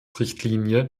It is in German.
richtlinie